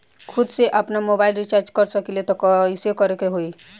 खुद से आपनमोबाइल रीचार्ज कर सकिले त कइसे करे के होई?